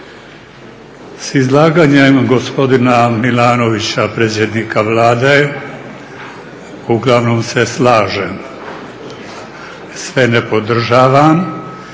S izlaganjem gospodina Milanovića predsjednika Vlade uglavnom se slažem, sve ne podržavam